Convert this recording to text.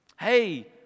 Hey